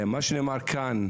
מה שנאמר כאן,